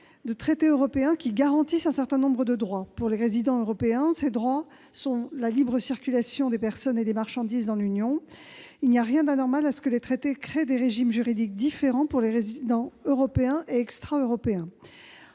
de traités européens, qui garantissent un certain nombre de droits. Pour les résidents européens, ces droits sont la libre circulation des personnes et des marchandises dans l'Union. Il n'y a rien d'anormal à ce que les traités créent des régimes juridiques différents pour les résidents européens et extra-européens.